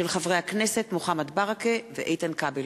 הצעתם של חברי הכנסת מוחמד ברכה ואיתן כבל.